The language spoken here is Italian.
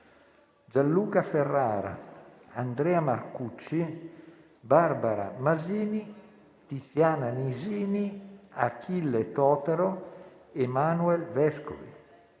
Gianluca Ferrara, Andrea Marcucci, Barbara Masini, Tiziana Nisini, Achille Totaro e Manuel Vescovi;